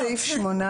לפי סעיף 18,